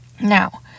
Now